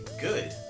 good